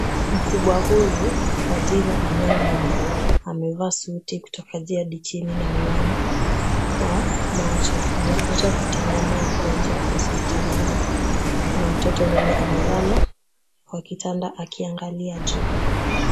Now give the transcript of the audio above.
Mkubwa huyu kwa jina Anyang' Nyong'o amevaa suti kutoka ju hadi chini na miwani kwa macho. Amekua kutazama wagonjwa hospitalini. Kuna mtoto mwenye amelala kwa kitanda akiangalia juu.